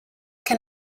can